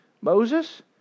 Moses